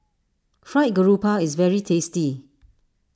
Fried Garoupa is very tasty